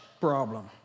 problem